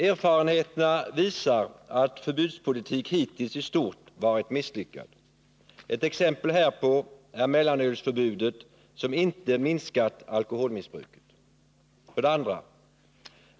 Erfarenheterna visar att förbudspolitik hittills i stort varit misslyckad. Ett exempel härpå är mellanölsförbudet, som inte minskat alkoholmissbruket. 2.